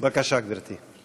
בבקשה, גברתי.